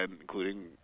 including